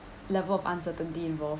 level of uncertainty involved